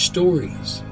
Stories